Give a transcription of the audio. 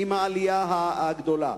עם העלייה הגדולה.